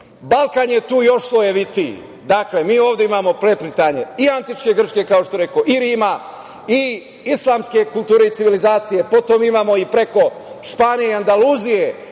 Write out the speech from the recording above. je tu još slojevitiji. Dakle, mi ovde imamo preplitanje i antičke Grčke i Rima i islamske kulture i civilizacije, potom imamo i preko Španije i Andaluzije